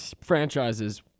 franchises